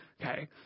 Okay